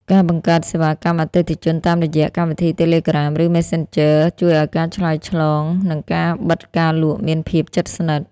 ការបង្កើតសេវាកម្មអតិថិជនតាមរយៈកម្មវិធីតេឡេក្រាម ឬមេសសិនជើ ជួយឱ្យការឆ្លើយឆ្លង និងការបិទការលក់មានភាពជិតស្និទ្ធ។